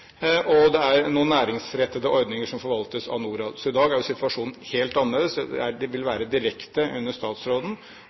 og det er noen næringsrettede ordninger som forvaltes av Norad. I dag er altså situasjonen helt annerledes. Dette vil være direkte under statsråden. Og jeg må bare gjenta det